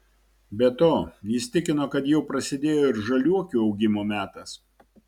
be to jis tikino kad jau prasidėjo ir žaliuokių augimo metas